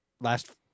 last